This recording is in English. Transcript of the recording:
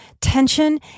tension